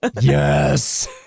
Yes